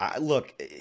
Look